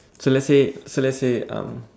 so let's say so let's say um